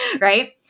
right